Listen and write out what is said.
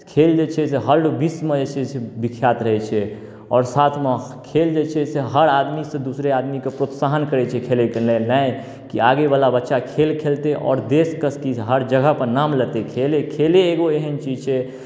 खेल जे छै से हर विश्वमे जे छै से विख्यात रहै छै आओर साथमे खेल जे छै से हर आदमीसँ दूसरे आदमीकेँ प्रोत्साहन करै छै खेलयके लेल नहि कि आगेवला बच्चा खेल खेलतै आओर देशके कि हर जगहपर नाम लेतै खेले एगो एहन चीज छै